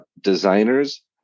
designers